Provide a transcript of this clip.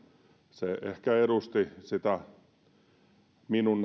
se ehkä edusti sitä minun